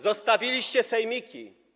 Zostawiliście sejmiki.